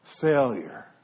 failure